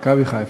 "מכבי חיפה".